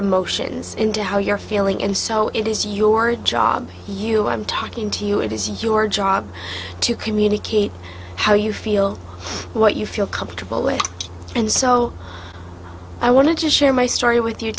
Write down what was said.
emotions into how you're feeling and so it is your job you i'm talking to you it is your job to communicate how you feel what you feel comfortable with and so i want to share my story with you